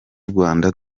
rwanda